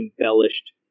embellished